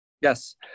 Yes